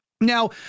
now